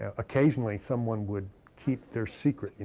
ah occasionally, someone would keep their secret.